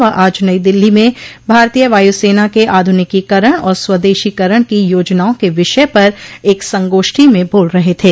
वह आज नई दिल्ली म भारतीय वायुसेना के आधुनिकीकरण और स्वदेशीकरण की योजनाओं के विषय पर एक संगोष्ठी में बोल रहे थे